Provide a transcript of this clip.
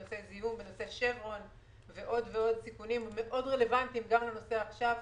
בנושא זיהום ועוד ועוד סיכונים מאוד רלוונטיים גם לנושא עכשיו.